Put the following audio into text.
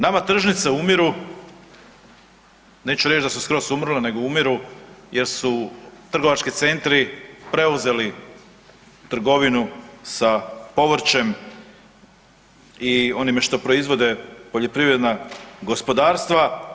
Nama tržnice umiru, neću reć da su skroz umrle nego umiru jer su trgovački centri preuzeli trgovinu sa povrćem i onime što proizvode poljoprivredna gospodarstva.